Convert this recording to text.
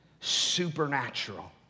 supernatural